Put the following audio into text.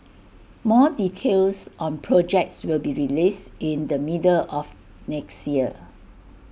more details on projects will be released in the middle of next year